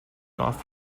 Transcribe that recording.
off